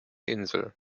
insel